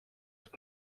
ist